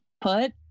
put